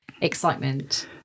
excitement